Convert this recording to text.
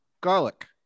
garlic